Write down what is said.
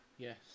Yes